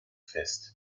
fest